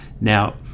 Now